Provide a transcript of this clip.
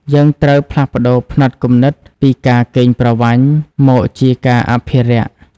យើងត្រូវផ្លាស់ប្តូរផ្នត់គំនិតពី "ការកេងប្រវ័ញ្ច" មកជា "ការអភិរក្ស"។